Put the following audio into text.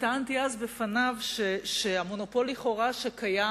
וטענתי אז בפניו שהמונופול לכאורה שקיים,